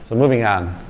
so moving on.